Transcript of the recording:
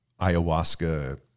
ayahuasca